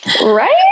Right